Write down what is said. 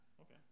Okay